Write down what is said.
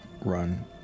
run